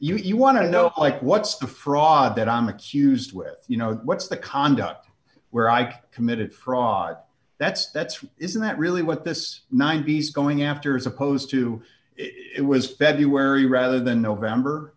know you want to know like what's the fraud that i'm accused you know what's the conduct where i've committed fraud that's that's right isn't that really what this ninety's going after as opposed to it was february rather than november